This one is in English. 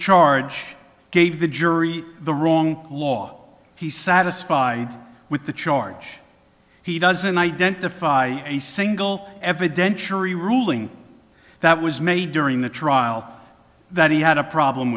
charge gave the jury the wrong law he satisfied with the charge he doesn't identify a single evidentiary ruling that was made during the trial that he had a problem